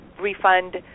refund